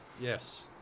Yes